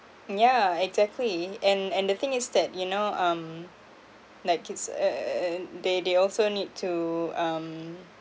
yeah exactly and and the thing is that you know um like kids uh uh uh and they they also need to um